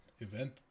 event